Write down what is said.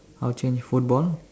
I'll change football